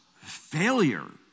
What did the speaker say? failure